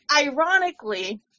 ironically